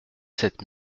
sept